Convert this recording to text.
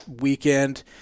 weekend